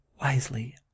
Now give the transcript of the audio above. wisely